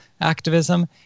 activism